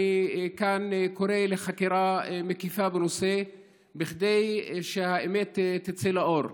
ואני כאן קורא לחקירה מקיפה בנושא כדי שהאמת תצא לאור.